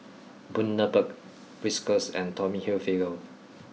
Bundaberg Whiskas and Tommy Hilfiger